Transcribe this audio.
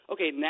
Okay